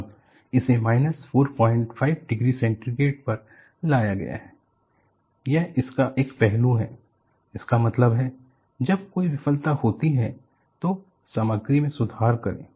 अब इसे minus 45 degree centigrade पर लाया गया है यह इसका एक पहलू है इसका मतलब है जब कोई विफलता होती है तो सामग्री में सुधार करें